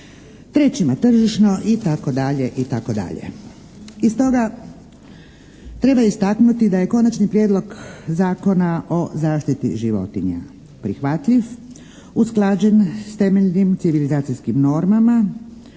trećima tržišno itd. itd. I stoga treba istaknuti da je Konačni prijedlog Zakona o zaštiti životinja prihvatljiv, usklađen s temeljnim civilizacijskim normama,